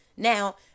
now